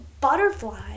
butterfly